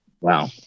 Wow